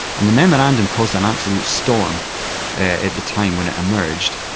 and the memorandum caused an absolute storm at the time when it emerged.